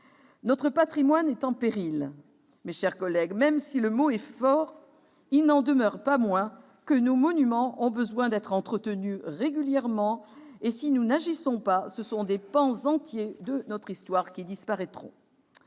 Notre patrimoine est « en péril ». Même si le mot est fort, il n'en demeure pas moins que nos monuments ont besoin d'être régulièrement entretenus. Si nous n'agissons pas, ce sont des pans entiers de notre histoire qui disparaîtront.